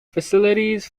facilities